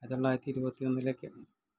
തൊള്ളായിരത്തി ഇരുപത്തി ഒന്നിലൊക്കെ